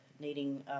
needing